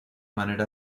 manera